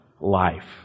life